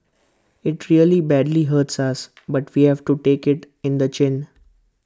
IT really badly hurts us but we have to take IT in the chin